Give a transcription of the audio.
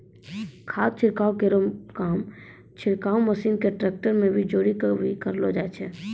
खाद छिड़काव केरो काम छिड़काव मसीन क ट्रेक्टर में जोरी कॅ भी करलो जाय छै